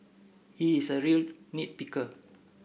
he is a real nit picker